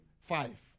five